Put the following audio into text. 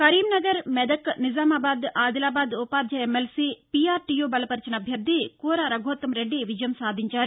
కరీంనగర్ మెదక్ నిజామాబాద్ ఆదిలాబాద్ ఉపాధ్యాయ ఎమ్మెల్సీగా పీఆర్టీయూ బలపర్చిన అభ్యర్థి కూర రఘోత్తంరెడ్ది విజయం సాధించారు